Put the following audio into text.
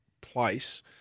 place